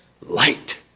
light